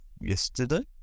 yesterday